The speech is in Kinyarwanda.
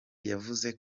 yavuze